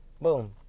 boom